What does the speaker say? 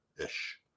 ish